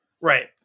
Right